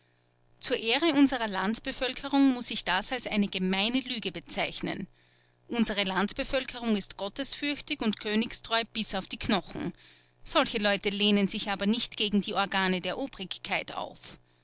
zur ehre unserer landbevölkerung muß ich das als eine gemeine lüge bezeichnen unsere landbevölkerung ist gottesfürchtig und königstreu bis auf die knochen solche leute lehnen sich aber nicht gegen die organe der obrigkeit auf